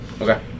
Okay